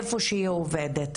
איפה שהיא עובדת.